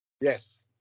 yes